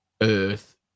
Earth